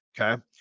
okay